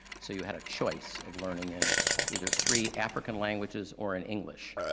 so you had a choice of learning in either three african languages or in english.